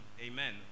Amen